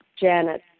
Janet